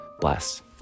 bless